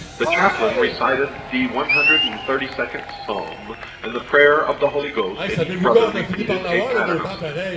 the chaplain recited the one hundred and thirty second psalm and the prayer of the holy ghost, and each brother repeated a paternoster.